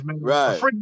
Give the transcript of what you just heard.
Right